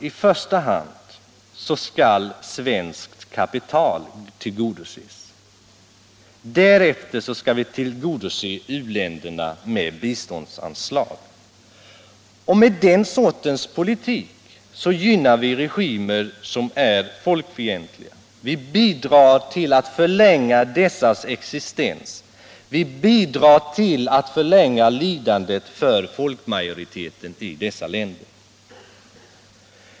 I första hand skall svenskt kapital tillgodoses, därefter skall vi tillgodose u-länderna med biståndsanslag. Med den sortens politik gynnar vi regimer som är folkfientliga. Vi bidrar till att förlänga dessas existens, vi bidrar till att förlänga lidandet för folkmajoriteterna i dessa länder.